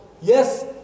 Yes